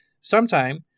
Sometime